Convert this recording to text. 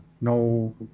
no